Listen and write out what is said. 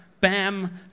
Bam